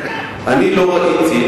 אני לא ראיתי.